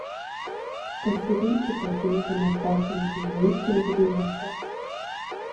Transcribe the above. pasirinkite tinkamą pokalbiui laiką ir vietą